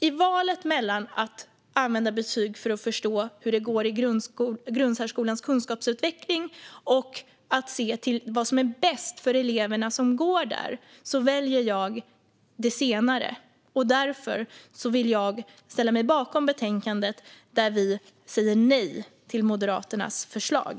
I valet mellan att använda betyg för att förstå hur det går med grundsärskolans kunskapsutveckling och att se till vad som är bäst för de elever som går där väljer jag det senare. Därför vill jag ställa mig bakom det förslag i betänkandet där vi säger nej till Moderaternas förslag.